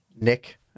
Nick